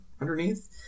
underneath